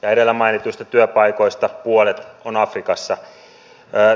edellä mainituista työpaikoista puolet on afrikassa